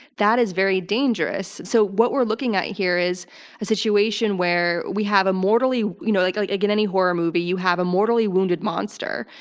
that is very dangerous. so, what we're looking at here is a situation where we have a mortally, you know like like again, in any horror movie, you have a mortally wounded monster.